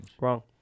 Wrong